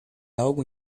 algo